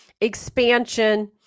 expansion